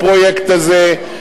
הפרויקט הזה,